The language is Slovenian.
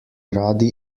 radi